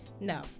no